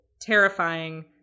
terrifying